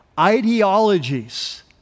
ideologies